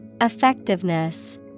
Effectiveness